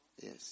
Yes